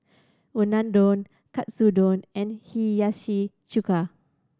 Unadon Katsudon and Hiyashi Chuka